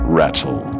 rattle